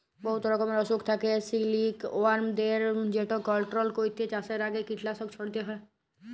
বহুত রকমের অসুখ থ্যাকে সিলিকওয়ার্মদের যেট কলট্রল ক্যইরতে চাষের আগে কীটলাসক ছইড়াতে হ্যয়